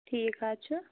ٹھیٖک حظ چھُ